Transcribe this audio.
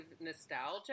nostalgia